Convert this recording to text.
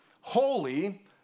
holy